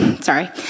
sorry